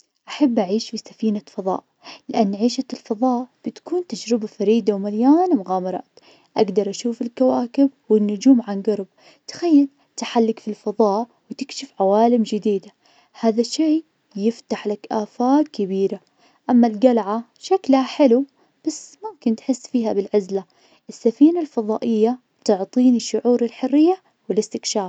أحب أعيش في سفينة فضاء, لأن عيشة الفضاء بتكون تجربة فريدة ومليانة مغامرات, أقدر أشوف الكواكب والنجوم عن قرب, تخيل تحلق في الفضاء, وتكشف عوالم جديدة, هذا الشي يفتح لك آفاق كبيرة, أما القلعة شكلها حلو, بس ممكن تحس فيها بالعزلة, السفينة الفضائية تعطيني شعور الحرية والاستكشاف.